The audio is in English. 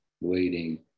waiting